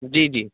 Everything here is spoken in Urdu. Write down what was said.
جی جی